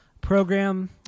Program